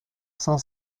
cinq